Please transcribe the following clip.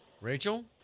Rachel